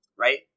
right